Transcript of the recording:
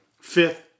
fifth